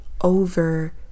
over